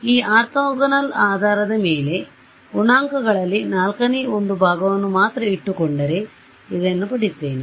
ಈ ಆರ್ಥೋಗೋನಲ್ ಆಧಾರದ ಮೇಲೆ ನಾನು ಗುಣಾಂಕಗಳಲ್ಲಿ ನಾಲ್ಕನೇ ಒಂದು ಭಾಗವನ್ನು ಮಾತ್ರ ಇಟ್ಟುಕೊಂಡರೆ ಇದನ್ನು ಪಡೆಯುತ್ತೇನೆ